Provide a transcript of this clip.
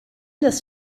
des